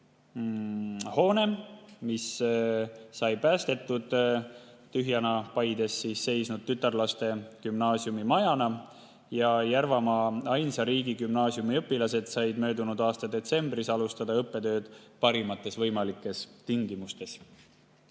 hoone, mis sai päästetud, see oli Paides tühjana seisnud tütarlastegümnaasiumi maja. Järvamaa ainsa riigigümnaasiumi õpilased said möödunud aasta detsembris alustada õppetööd parimates võimalikes tingimustes.